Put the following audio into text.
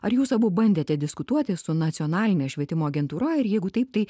ar jūs abu bandėte diskutuoti su nacionaline švietimo agentūra ir jeigu taip tai